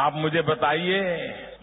आप मुझे बताइए